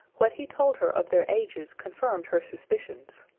what he told her of their ages confirmed her suspicions.